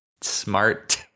smart